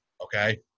Okay